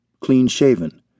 clean-shaven